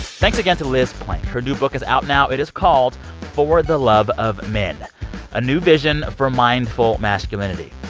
thanks again to liz plank. her new book is out now. it is called for the love of men a new vision for mindful masculinity.